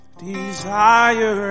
desire